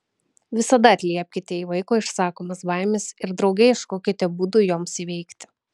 visada atliepkite į vaiko išsakomas baimes ir drauge ieškokite būdų joms įveikti